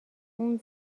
اون